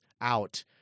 out